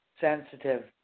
sensitive